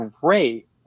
great